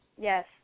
Yes